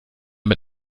mit